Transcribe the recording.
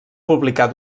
publicar